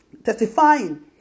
Testifying